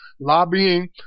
Lobbying